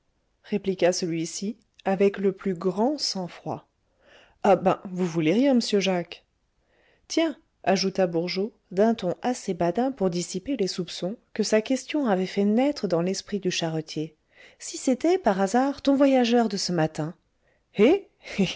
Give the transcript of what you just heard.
répliqua celui-ci avec le plus grand sang-froid ah ben vous voulez rire m'sieur jacques tiens ajouta bourgeot d'un ton assez badin pour dissiper les soupçons que sa question avait fait naître dans l'esprit du charretier si c'était par hasard ton voyageur de ce matin